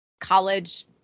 college